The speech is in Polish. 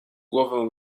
głowę